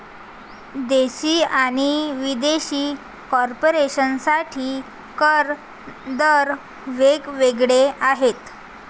देशी आणि विदेशी कॉर्पोरेशन साठी कर दर वेग वेगळे आहेत